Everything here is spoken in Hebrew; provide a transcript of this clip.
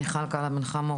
מיכל קלה בן חמו,